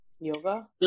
yoga